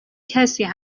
کسی